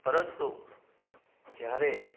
પરંતુ જ્યારે